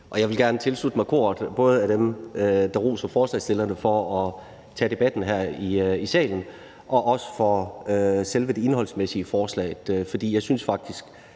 Jeg vil gerne tilslutte mig koret af dem, der roser forslagsstillerne for at tage debatten her i salen, og vil også rose selve det indholdsmæssige i forslaget, for jeg synes faktisk,